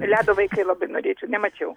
ledo vaikai labai norėčiau nemačiau